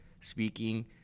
speaking